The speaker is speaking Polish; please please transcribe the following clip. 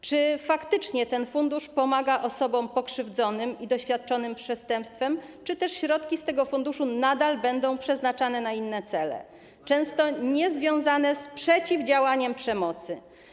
Czy faktycznie ten fundusz pomaga osobom pokrzywdzonym i doświadczonym przestępstwem czy też środki z tego funduszu nadal będą przeznaczane na inne cele, często niezwiązane z przeciwdziałaniem przemocy?